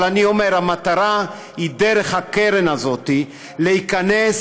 אבל אני אומר: המטרה דרך הקרן הזאת היא להיכנס